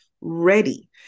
ready